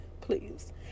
please